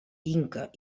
inca